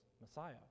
Messiah